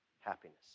happiness